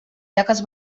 taques